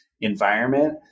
environment